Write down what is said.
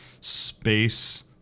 space